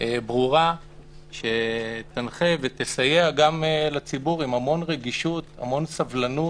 ברורה שתנחה ותסייע גם לציבור עם המון רגישות והמון סבלנות.